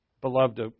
beloved